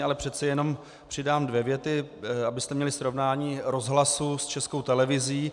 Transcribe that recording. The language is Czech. Ale přece jenom přidám dvě věty, abyste měli srovnání Rozhlasu s Českou televizí.